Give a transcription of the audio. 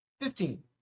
Fifteen